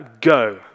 go